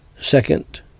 Second